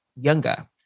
younger